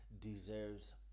deserves